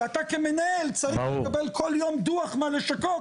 שאתה כמנהל צריך לקבל כל יום דו"ח מהלשכות